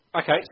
Okay